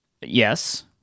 Yes